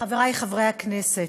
חברי חברי הכנסת,